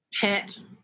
pet